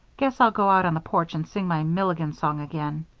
guess i'll go out on the porch and sing my milligan song again.